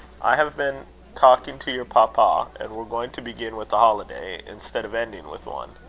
i have been talking to your papa and we're going to begin with a holiday, instead of ending with one.